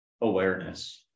awareness